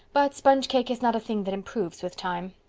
but sponge cake is not a thing that improves with time.